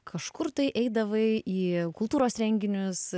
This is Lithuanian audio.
kažkur tai eidavai į kultūros renginius